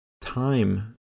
Time